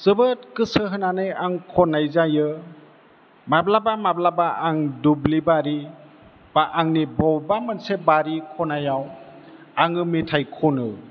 जोबोद गोसो होनानै आं खन्नाय जायो माब्लाबा माब्लाबा आं दुब्लिबारि बा आंनि बबेबा मोनसे बारि खनायाव आङो मेथाइ खनो